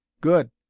Good